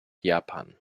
japan